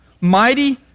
Mighty